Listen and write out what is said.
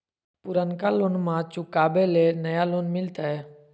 पुर्नका लोनमा चुकाबे ले नया लोन मिलते?